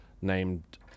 named